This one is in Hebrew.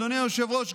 אדוני היושב-ראש,